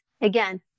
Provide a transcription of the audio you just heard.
again